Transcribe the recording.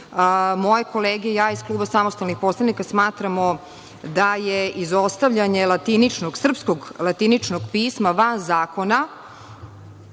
moje kolege i ja iz Kluba samostalnih poslanika smatramo da je izostavljanje srpskog latiničnog pisma van zakona,